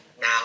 now